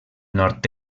nord